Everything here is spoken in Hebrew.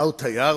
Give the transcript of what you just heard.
מהו תייר?